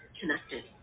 connected